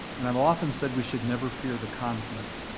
and i've often said we should never fear the conflict.